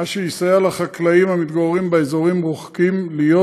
כדי לסייע לחקלאים המתגוררים באזורים מרוחקים להיות